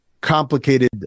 complicated